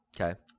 Okay